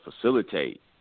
facilitate